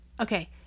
okay